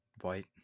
White